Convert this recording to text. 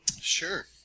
Sure